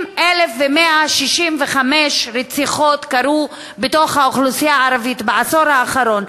אם 1,165 רציחות קרו בתוך האוכלוסייה הערבית בעשור האחרון,